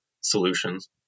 solutions